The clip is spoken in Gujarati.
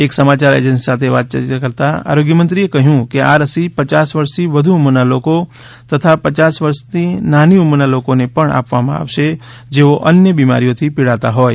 એક સમાચાર એજન્સી સાથે વાતચીત કરતાં આરોગ્ય મંત્રીએ કહ્યું કે આ રસી પયાસ વર્ષથી વધુ ઉંમરના લોકો તથા પચાસ વર્ષની નાની ઉંમરના લોકોને આપવામાં આવશે કે જેઓ અન્ય બિમારીઓથી પીડાતા હોય